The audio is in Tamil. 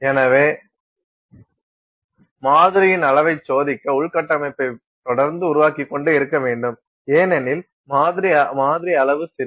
எனவே மாதிரியின் அளவைச் சோதிக்க உள்கட்டமைப்பை தொடர்ந்து உருவாக்கிக்கொண்டே இருக்க வேண்டும் ஏனெனில் மாதிரி அளவு சிறியது மற்றும் மாதிரி உருவளவு சிறியது